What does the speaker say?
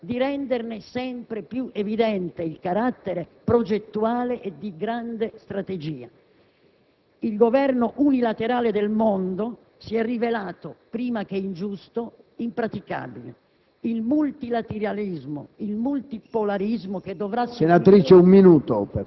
Mi pare, signor Ministro, che questa sia la strada sulla quale anche il nostro Paese debba proseguire il proprio cammino. Nelle sue comunicazioni di questa mattina, ma anche nel suo operato di questi mesi, questa scelta è visibile, a larghi tratti evidente.